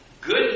good